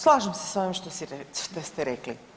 Slažem se s ovim što ste rekli.